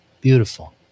Beautiful